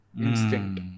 instinct